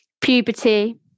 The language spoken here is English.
puberty